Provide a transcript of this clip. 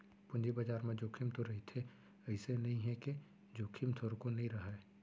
पूंजी बजार म जोखिम तो रहिथे अइसे नइ हे के जोखिम थोरको नइ रहय